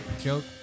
joke